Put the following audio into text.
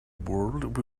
world